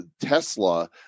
tesla